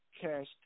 cash